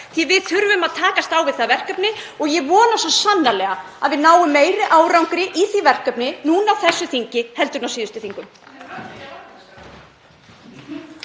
að við þurfum að takast á við það verkefni og ég vona svo sannarlega að við náum meiri árangri í því verkefni núna á þessu þingi en á síðustu þingum.